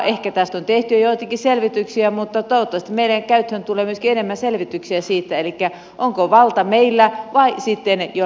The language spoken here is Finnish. ehkä tästä on tehty jo joitakin selvityksiä mutta toivottavasti meidän käyttöömme tulee myöskin enemmän selvityksiä siitä onko valta meillä vai sitten joillakin juristeilla